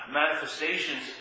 manifestations